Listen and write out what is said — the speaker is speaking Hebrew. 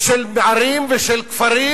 ושל ערים ושל כפרים,